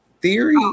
theory